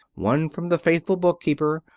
one from the faithful bookkeeper,